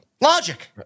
Logic